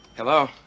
Hello